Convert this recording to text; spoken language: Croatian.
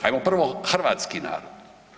Hajmo prvi Hrvatski narod.